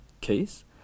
case